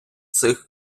цих